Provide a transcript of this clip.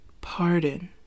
pardon